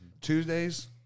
Tuesdays